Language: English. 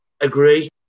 agree